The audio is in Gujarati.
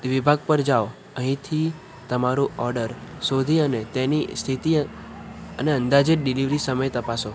વિભાગ પર જાવ અહીંથી તમારો ઓર્ડર શોધી અને તેની સ્થિતિ અને અંદાજે ડીલિવરી સમય તપાસો